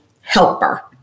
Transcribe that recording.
helper